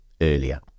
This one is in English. earlier